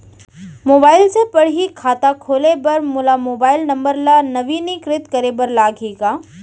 Mobile से पड़ही खाता खोले बर मोला मोबाइल नंबर ल नवीनीकृत करे बर लागही का?